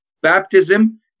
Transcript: baptism